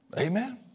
Amen